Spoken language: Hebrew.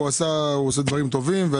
הוא עושה דברים טובים.